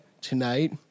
Tonight